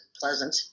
pleasant